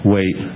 Wait